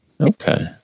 Okay